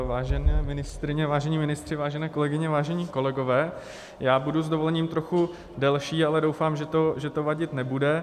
Vážené ministryně, vážení ministři, vážené kolegyně, vážení kolegové, já budu s dovolením trochu delší, ale doufám, že to vadit nebude.